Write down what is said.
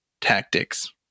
tactics